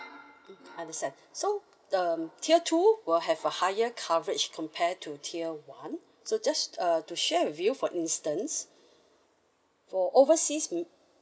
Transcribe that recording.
mm understand so um tier two will have a higher coverage compared to tier one so just uh to share with you for instance for overseas mm